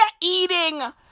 eating